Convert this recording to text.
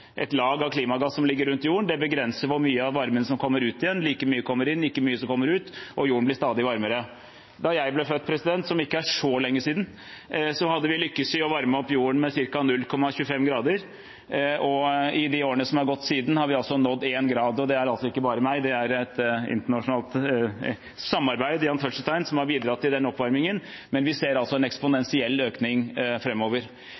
et lag av klimagass som ligger rundt jorden. Det begrenser hvor mye av varmen som kommer ut igjen. Like mye kommer inn som kommer ut, og jorden blir stadig varmere. Da jeg ble født, som ikke er så lenge siden, hadde vi lykkes i å varme opp jorden med ca. 0,25 grader. I de årene som har gått siden, har vi altså nådd 1 grad. Det er ikke bare jeg, det er et internasjonalt «samarbeid» som har bidratt til denne oppvarmingen. Men vi ser en